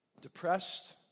Depressed